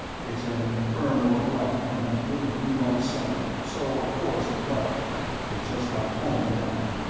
it's an inferno of light from that little blue-white sun, so of course they love it it's just like home to them.